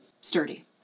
sturdy